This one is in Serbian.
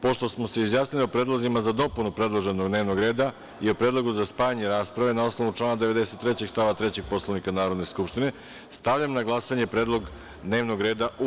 Pošto smo se izjasnili o predlozima za dopunu predloženog dnevnog reda i o predlogu za spajanje rasprave, na osnovu člana 93. stav 3. Poslovnika Narodne skupštine, stavljam na glasanje predlog dnevnog reda u celini.